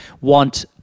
want